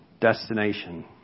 destination